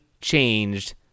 changed